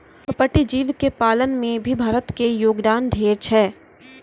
पर्पटीय जीव के पालन में भी भारत के योगदान ढेर छै